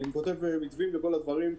אני כותב מתווים לכל הדברים.